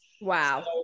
Wow